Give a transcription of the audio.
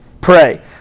Pray